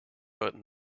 heard